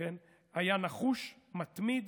היה נחוש ומתמיד.